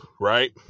right